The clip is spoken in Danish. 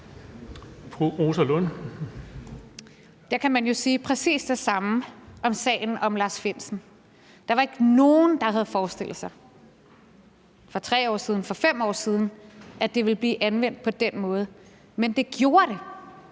Der kan man jo sige præcis det samme om sagen om Lars Findsen. Der var ikke nogen, der havde forestillet sig for 3 år siden, for 5 år siden, at det vil blive anvendt på den måde. Men det gjorde det,